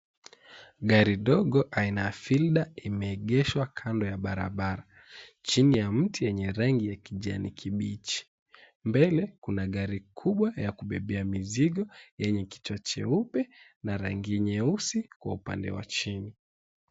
Gari dogo aina ya fielder imeegeshwa kando ya barabara chini ya mti ya rangi ya kijani kibichi, mbele kuna gari kubwa la kubebea mizigo yenye kichwa cheupe na rangi nyeusi kwenye upande wa chini.